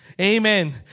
Amen